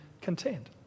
content